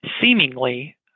seemingly